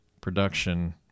production